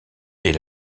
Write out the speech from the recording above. est